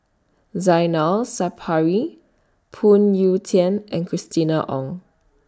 Zainal Sapari Phoon Yew Tien and Christina Ong